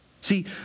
See